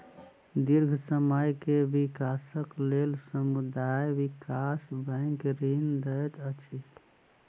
दीर्घ समय के विकासक लेल समुदाय विकास बैंक ऋण दैत अछि